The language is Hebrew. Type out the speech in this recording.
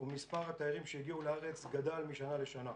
ומספר התיירים שהגיעו לארץ גדל משנה לשנה.